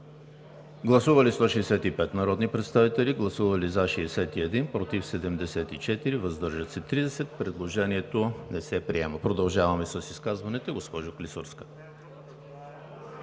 Гласували 165 народни представители: за 61, против 74, въздържали се 30. Предложението не се приема. Продължаваме с изказванията. Заповядайте, госпожо Клисурска.